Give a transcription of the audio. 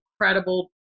incredible